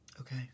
Okay